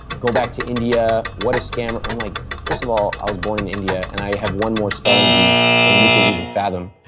go back to india, what a scammer. i'm like, first of all i was born in india and i have won more spelling bees that you can even fathom.